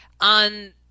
on